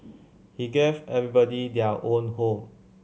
he gave everybody their own home